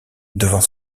devant